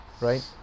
right